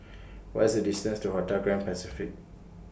What IS The distance to Hotel Grand Pacific